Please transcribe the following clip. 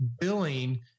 billing